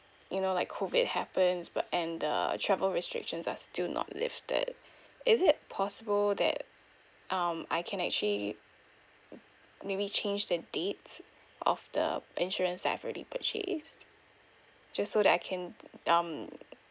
you know like COVID happens but and the travel restrictions are still not lifted is it possible that um I can actually maybe change the dates of the insurance I've already purchased just so that I can um